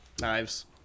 Knives